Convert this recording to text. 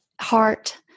heart